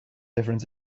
different